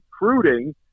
recruiting